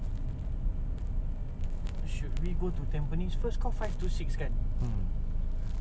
pukul enam pukul enam pukul enam okay tell you what lepas hantar puteri dekat